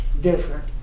different